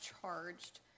charged